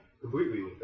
completely